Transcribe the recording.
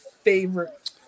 favorite